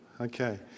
Okay